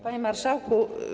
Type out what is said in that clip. Panie Marszałku!